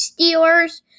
Steelers